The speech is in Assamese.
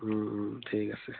ঠিক আছে